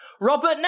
Robert